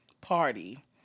party